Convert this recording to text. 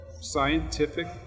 scientific